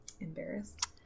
embarrassed